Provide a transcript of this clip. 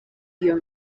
iyo